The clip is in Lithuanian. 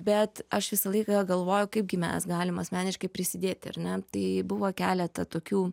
bet aš visą laiką galvojau kaipgi mes galim asmeniškai prisidėti ar ne tai buvo keletą tokių